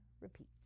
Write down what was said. Repeat